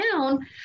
down